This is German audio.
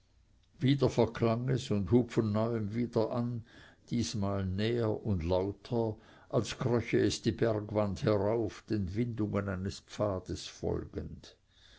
wieder verklang es und hub von neuem wieder an diesmal näher und lauter als kröche es die bergwand herauf den windungen eines pfades folgend